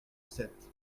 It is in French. sept